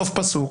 סוף פסוק